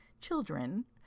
children